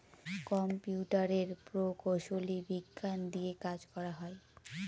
কম্পিউটারের প্রকৌশলী বিজ্ঞান দিয়ে কাজ করা হয়